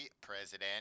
president